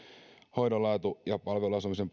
hoidon laatu ja palveluasumisen